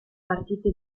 partite